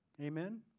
Amen